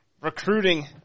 Recruiting